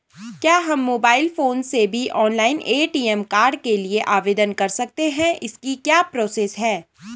क्या हम mobile phone से भी ऑनलाइन ए.टी.एम कार्ड के लिए आवेदन कर सकते हैं इसकी क्या प्रोसेस है?